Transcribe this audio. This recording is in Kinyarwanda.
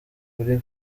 muri